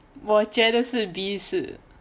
我觉得是 b 四